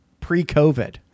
pre-COVID